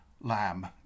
lamb